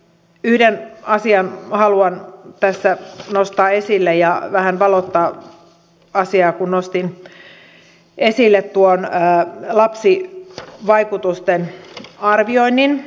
yhden asian haluan tässä nostaa esille ja vähän valottaa asiaa kun nostin esille lapsivaikutusten arvioinnin